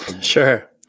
Sure